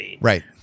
Right